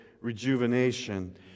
rejuvenation